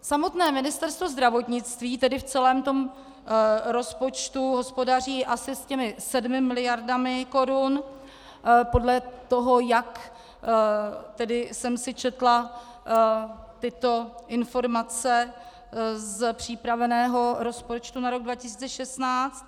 Samotné Ministerstvo zdravotnictví tedy v celém rozpočtu hospodaří asi se 7 mld. korun podle toho, jak tedy jsem si četla tyto informace z připraveného rozpočtu na rok 2016.